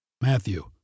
Matthew